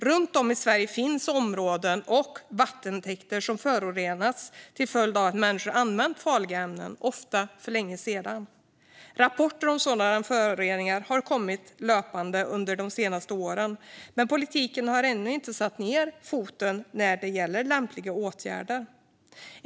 Runt om i Sverige finns områden och vattentäkter som förorenats till följd av att människor har använt farliga ämnen, ofta för länge sedan. Rapporter om sådana föroreningar har kommit löpande under de senaste åren, men politiken har ännu inte satt ned foten när det gäller lämpliga åtgärder.